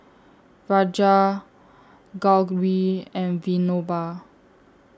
Raja Gauri and Vinoba